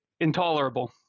intolerable